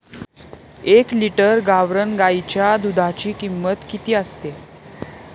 एक लिटर गावरान गाईच्या दुधाची किंमत किती असते?